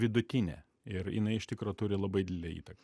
vidutinė ir jinai iš tikro turi labai didelę įtaką